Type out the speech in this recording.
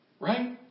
Right